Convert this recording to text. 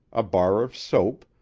a bar of soap,